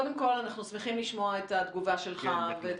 קודם כל אנחנו שמחים לשמוע את התגובה שלך ואת